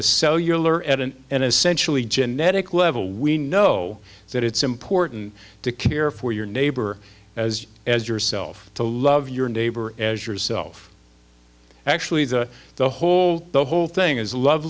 a cellular at an and essentially genetic level we know that it's important to care for your neighbor as as yourself to love your neighbor as yourself actually the whole the whole thing is love